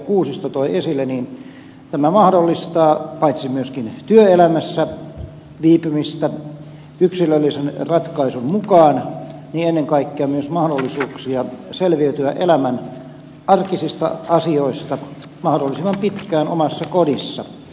kuusisto toi esille tämä mahdollistaa paitsi työelämässä viipymistä yksilöllisen ratkaisun mukaan ennen kaikkea myös mahdollisuuksia selviytyä elämän arkisista asioista mahdollisimman pitkään omassa kodissa